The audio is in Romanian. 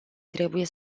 trebuie